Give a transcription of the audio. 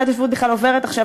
החטיבה להתיישבות עוברת עכשיו,